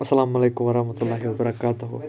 السلام علیکم ورحمۃ اللہ وَبَرَکاتُہ